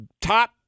top